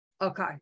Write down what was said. Okay